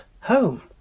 home